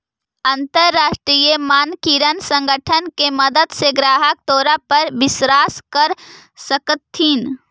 अंतरराष्ट्रीय मानकीकरण संगठन के मदद से ग्राहक तोरा पर विश्वास कर सकतथीन